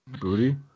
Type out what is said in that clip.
Booty